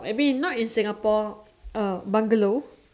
maybe not in Singapore uh bungalow